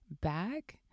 back